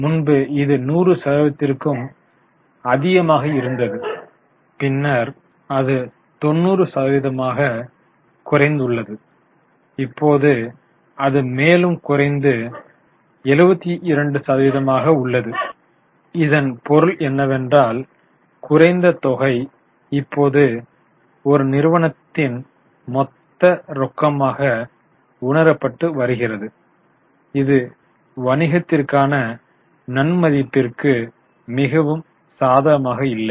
முன்பு இது 100 சதவீதத்திற்கும் அதிகமாக இருந்தது பின்னர் அது 90 சதவீதமாக குறைந்துள்ளது இப்போது அது மேலும் குறைந்து 72 சதவீதமாக உள்ளது இதன் பொருள் என்னவென்றால் குறைந்த தொகை இப்போது ஒரு நிறுவனத்தின் மொத்த ரொக்கமாக உணரப்பட்டு வருகிறது இது வணிகத்திற்கான நன்மதிப்பிற்கு மிகவும் சாதகமாக இல்லை